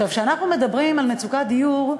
כשאנחנו מדברים על מצוקת דיור,